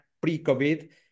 pre-COVID